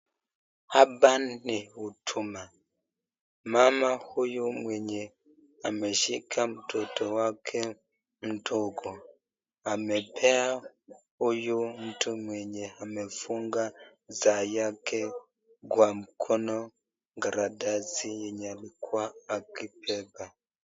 Hapa ni huduma , mama huyu mwenye ameshika mtoto wake mdogo amepea huyu mtu mwenye amefunga saa yake kwa mkono karatasi yenye alikuwa akibeba.